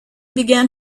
began